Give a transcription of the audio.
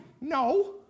no